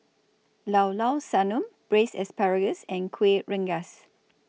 Llao Llao Sanum Braised Asparagus and Kuih Rengas